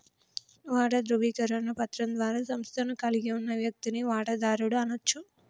వాటా ధృవీకరణ పత్రం ద్వారా సంస్థను కలిగి ఉన్న వ్యక్తిని వాటాదారుడు అనచ్చు